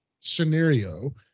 scenario